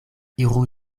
iru